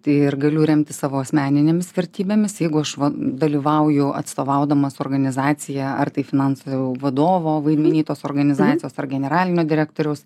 tai ir galiu remtis savo asmeninėmis vertybėmis jeigu aš dalyvauju atstovaudamas organizaciją ar tai finansų vadovo vaidmeny tos organizacijos ar generalinio direktoriaus